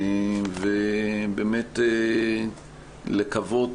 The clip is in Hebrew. באמת, לקוות